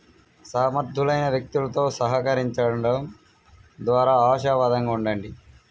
సమర్థులైన వ్యక్తులతో సహకరించండం ద్వారా ఆశావాదంగా ఉండండి